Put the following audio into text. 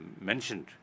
mentioned